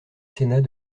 sénat